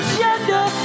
gender